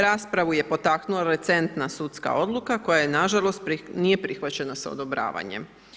Raspravu je potaknula recentna sudska odluka koja nažalost nije prihvaćena sa odobravanjem.